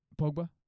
Pogba